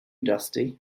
dusty